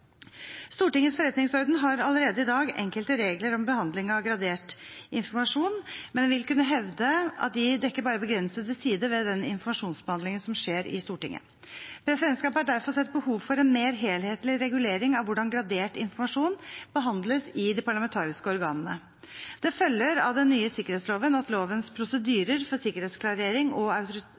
Stortingets forretningsorden har allerede i dag enkelte regler om behandling av gradert informasjon, men man vil kunne hevde at de dekker bare begrensede sider ved den informasjonsbehandlingen som skjer i Stortinget. Presidentskapet har derfor sett behov for en mer helhetlig regulering av hvordan gradert informasjon behandles i de parlamentariske organene. Det følger av den nye sikkerhetsloven at lovens prosedyrer for sikkerhetsgradering og